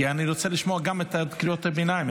כי אני רוצה לשמוע גם את קריאות הביניים.